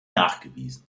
nachgewiesen